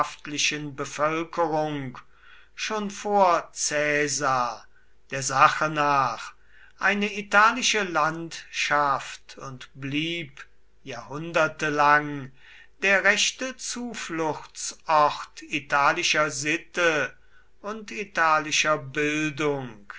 bevölkerung schon vor caesar der sache nach eine italische landschaft und blieb jahrhunderte lang der rechte zufluchtsort italischer sitte und italischer bildung